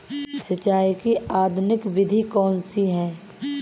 सिंचाई की आधुनिक विधि कौनसी हैं?